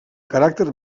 caràcter